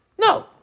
No